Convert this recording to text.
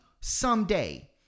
someday